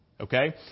okay